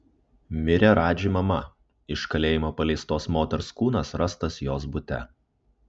mirė radži mama iš kalėjimo paleistos moters kūnas rastas jos bute